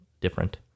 different